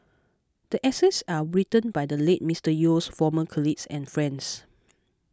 the essays are written by the late Mister Yeo's former colleagues and friends